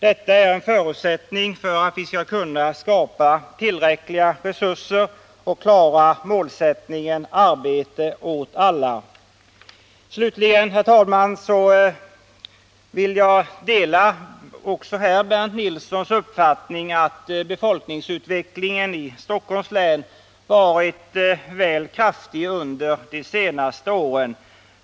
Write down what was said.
Detta är en förutsättning för att vi skall kunna skapa tillräckliga resurser och klara målsättningen arbete åt alla. Slutligen, herr talman, vill jag säga att jag också delar Bernt Nilssons uppfattning att befolkningsutvecklingen i Stockholms län varit väl kraftig under de senaste åren.